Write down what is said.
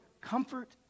comfort